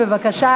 בבקשה.